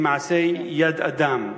היא מעשה יד אדם.